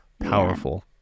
powerful